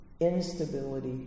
instability